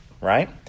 right